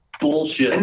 Bullshit